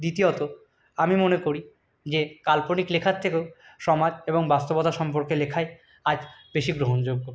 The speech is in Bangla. দ্বিতীয়ত আমি মনে করি যে কাল্পনিক লেখার থেকেও সমাজ এবং বাস্তবতা সম্পর্কে লেখাই আজ বেশি গ্রহণযোগ্য